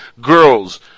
girls